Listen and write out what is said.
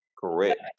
Correct